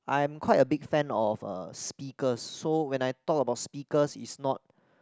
I am quite a big fan of uh speakers so when I talk about speakers it's not